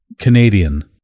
Canadian